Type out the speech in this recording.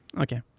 Okay